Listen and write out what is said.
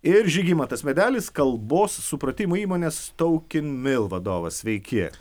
ir žygimantas medelis kalbos supratimo įmonės toukinmil vadovas sveiki